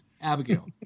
Abigail